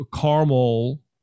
caramel